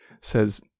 says